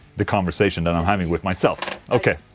the conversation that i'm having with myself, ok.